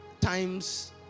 times